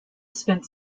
spent